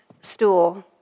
stool